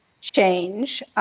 change